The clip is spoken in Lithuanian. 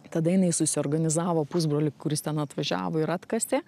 tada jinai susiorganizavo pusbrolį kuris ten atvažiavo ir atkasė